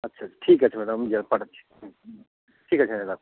আচ্ছা ঠিক আছে ম্যাডাম আমি পাঠাচ্ছি ঠিক আছে হ্যাঁ রাখুন